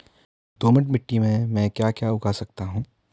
दोमट मिट्टी में म ैं क्या क्या उगा सकता हूँ?